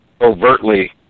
overtly